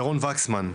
ירון וקסמן,